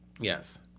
Yes